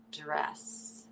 dress